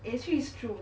actually it's true